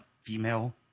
female